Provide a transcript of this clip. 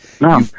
No